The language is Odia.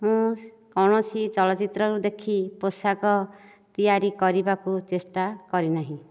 ମୁଁ କୌଣସି ଚଳଚ୍ଚିତ୍ରରୁ ଦେଖି ପୋଷାକ ତିଆରି କରିବାକୁ ଚେଷ୍ଟା କରିନାହିଁ